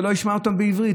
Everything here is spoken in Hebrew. ולא אשמע אותן בעברית.